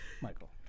Michael